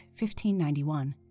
1591